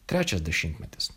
trečias dešimtmetis